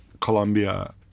Colombia